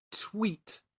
tweet